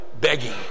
begging